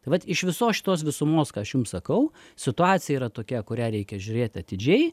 tai vat iš visos šitos visumos ką aš jum sakau situacija yra tokia kurią reikia žiūrėti atidžiai